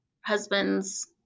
husband's